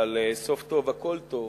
אבל סוף טוב הכול טוב,